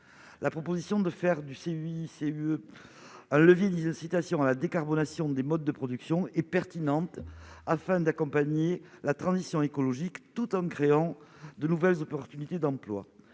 la proposition de faire du CICE, le vie des incitations à la décarbonation des modes de production et pertinente, afin d'accompagner la transition écologique tout en créant de nouvelles opportunités d'emplois